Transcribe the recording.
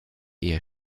ehe